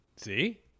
See